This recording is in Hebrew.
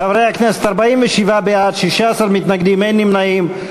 חברי הכנסת, 47 בעד, 16 מתנגדים, אין נמנעים.